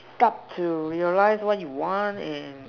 start to realize what you want and